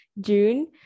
june